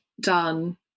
done